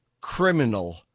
criminal